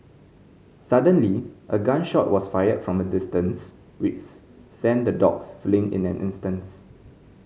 suddenly a gun shot was fired from a distance sent the dogs fleeing in an instants